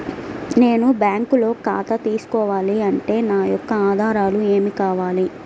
నేను బ్యాంకులో ఖాతా తీసుకోవాలి అంటే నా యొక్క ఆధారాలు ఏమి కావాలి?